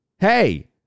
Hey